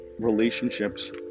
relationships